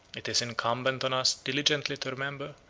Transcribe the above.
it is incumbent on us diligently to remember,